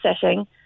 setting